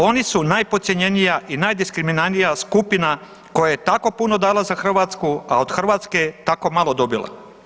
Oni su najpodcijenjenija i najdiskriminiranija skupina koja je tako puno dala za Hrvatsku, a od Hrvatske tako malo dobila.